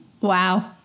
wow